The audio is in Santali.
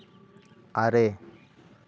ᱟᱨᱮ